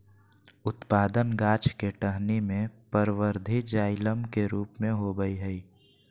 उत्पादन गाछ के टहनी में परवर्धी जाइलम के रूप में होबय हइ